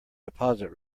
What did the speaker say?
deposit